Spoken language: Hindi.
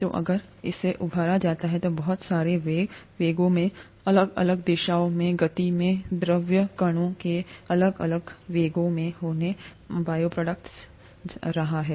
तो अगर इसे उभारा जाता है तो बहुत सारे वेग वेगों में अलग अलग दिशाओं में गतिमें द्रव कणों के अलग अलग वेगों में होने बायोरिएक्टरजा रहा है